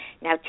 now